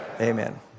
Amen